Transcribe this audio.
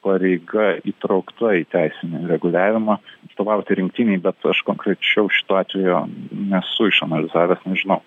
pareiga įtraukta į teisinį reguliavimą atstovauti rinktinei bet aš konkrečiau šito atvejo nesu išanalizavęs nežinau